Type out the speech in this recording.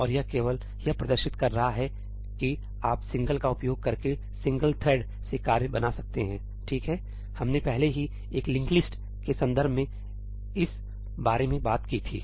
और यह केवल यह प्रदर्शित कर रहा है कि आप जानते हैं आप 'single' का उपयोग करके सिंगल थ्रेड से कार्य बना सकते हैं ठीक है हमने पहले ही एक लिंक्डलिस्ट के संदर्भ में इस बारे में बात की थी